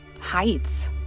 Heights